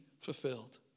fulfilled